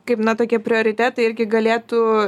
kaip na tokie prioritetai irgi galėtų